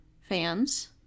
fans